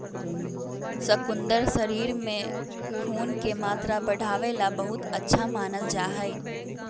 शकुन्दर शरीर में खून के मात्रा बढ़ावे ला बहुत अच्छा मानल जाहई